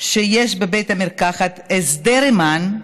שיש לבית במרקחת הסדר עימן,